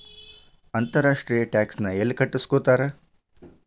ಅಂತರ್ ರಾಷ್ಟ್ರೇಯ ಟ್ಯಾಕ್ಸ್ ನ ಯೆಲ್ಲಿ ಕಟ್ಟಸ್ಕೊತಾರ್?